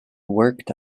worked